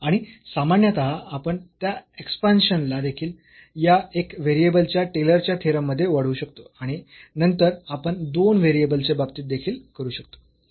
आणि सामान्यतः आपण त्या एक्सपांशनला देखील या एक व्हेरिएबलच्या टेलरच्या थेरम मध्ये वाढवू शकतो आणि नंतर आपण दोन व्हेरिएबल्सच्या बाबतीत देखील करू शकतो